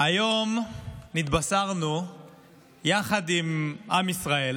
היום נתבשרנו יחד עם עם ישראל